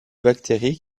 bactéries